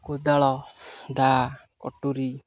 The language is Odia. କୋଦାଳ ଦାଆ କଟୁରୀ